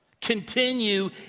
Continue